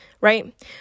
right